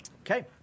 Okay